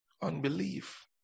Unbelief